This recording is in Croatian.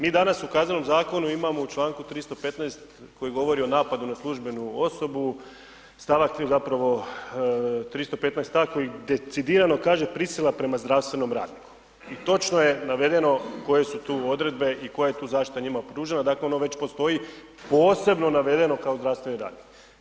Mi danas u Kaznenom zakonu imamo u čl. 315. koji govori o napadu na službenu osobu, st. 3. zapravo 315, takvi decidirano kaže prisila prema zdravstvenom radniku i točno je navedeno koje su tu odredbe i koja je tu zaštita njima pružena, dakle ona već postoji posebno navedeno kao zdravstveni radnik.